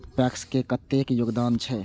PACS के कतेक योगदान छै?